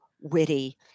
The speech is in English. witty